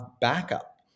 backup